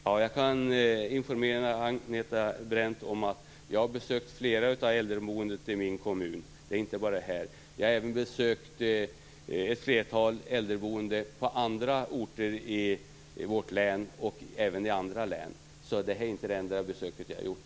Fru talman! Jag kan informera Agneta Brendt om att jag har besökt flera av hemmen för äldreboende i min kommun. Det gäller inte bara det här. Jag har även besökt ett flertal hem för äldreboende på andra orter i vårt län och även i andra län. Så det här är inte det enda besök jag har gjort.